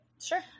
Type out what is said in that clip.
Sure